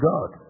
God